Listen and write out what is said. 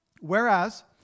Whereas